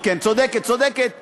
בפעם הזאת, צודקת גברתי,